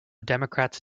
democrats